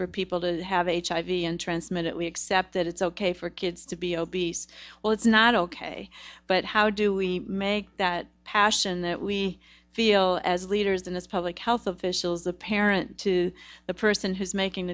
for people to have a hiv and transmit it we accept that it's ok for kids to be obese well it's not ok but how do we make that passion that we feel as leaders in this public health officials a parent to the person who's making